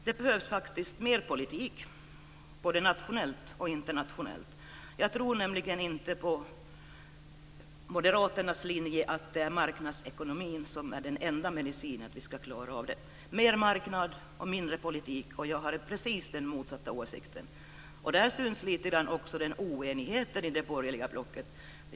Det behövs faktiskt mer politik, både nationellt och internationellt. Jag tror nämligen inte på moderaternas linje att det är marknadsekonomin som är den enda medicinen för att klara av det. Mer marknad och mindre politik - jag har precis den motsatta åsikten. Där syns oenigheten i det borgerliga blocket.